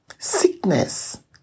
Sickness